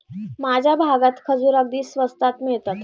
माझ्या भागात खजूर अगदी स्वस्तात मिळतात